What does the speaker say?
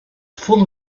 full